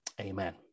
amen